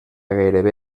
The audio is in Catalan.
gairebé